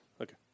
Okay